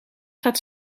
gaat